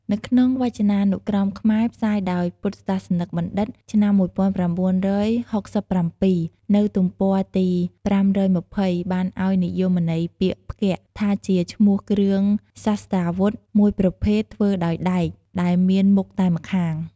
នៅក្នុងវចនានុក្រមខ្មែរ ផ្សាយដោយពុទ្ធសាសនបណ្ឌិត្យ ឆ្នាំ១៩៦៧ នៅទំព័រទី៥២០ បានឲ្យនិយមន័យពាក្យ "ផ្គាក់" ថាជាឈ្មោះគ្រឿងសស្ត្រាវុធមួយប្រភេទធ្វើដោយដែក ដែលមានមុខតែម្ខាង។